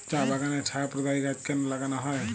চা বাগানে ছায়া প্রদায়ী গাছ কেন লাগানো হয়?